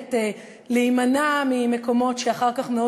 מחנכת להימנע ממקומות שאחר כך מאוד